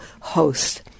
host